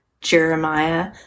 Jeremiah